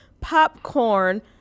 Popcorn